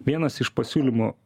vienas iš pasiūlymų